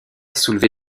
soulevé